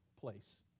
place